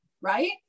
right